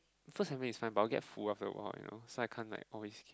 first serving is fine but I'll get full after a while you know so I can't like always